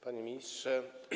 Panie Ministrze!